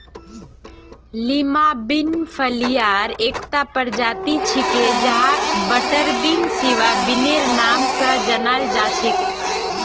Lima bean फलियार एकता प्रजाति छिके जहाक बटरबीन, सिवा बिनेर नाम स जानाल जा छेक